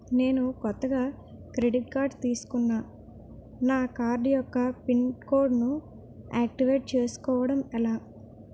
నేను కొత్తగా credit card తిస్కున్నా నా కార్డ్ యెక్క పిన్ కోడ్ ను ఆక్టివేట్ చేసుకోవటం ఎలా?